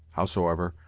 howsoever,